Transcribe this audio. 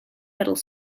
middle